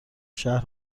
شهر